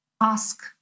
ask